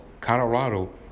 Colorado